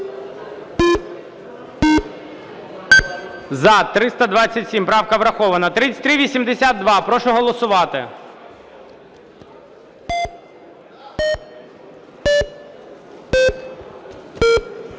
За-327 Правка врахована. 3382. Прошу голосувати.